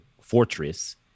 fortress